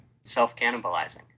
self-cannibalizing